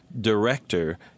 director